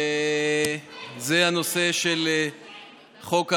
הנושא של חוק ההמרה.